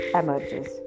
emerges